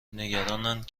نگرانند